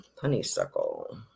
Honeysuckle